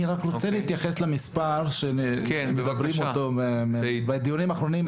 אני רק רוצה להתייחס למספר שמדברים אותו בדיונים האחרונים,